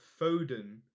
Foden